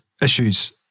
issues